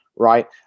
Right